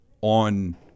on